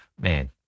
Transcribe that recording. man